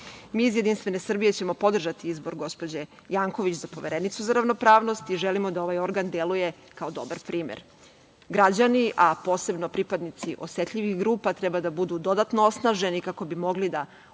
da ga prijave. Mi iz JS ćemo podržati izbor gospođe Janković za Poverenicu za ravnopravnost i želimo da ovaj organ deluje kao dobar primer. Građani, a posebno pripadnici osetljivih grupa treba da budu dodatno osnaženi kako bi mogli da